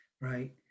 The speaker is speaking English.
right